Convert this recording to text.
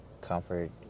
comfort